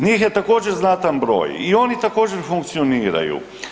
Njih je također znatan broj i oni također funkcioniraju.